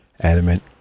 adamant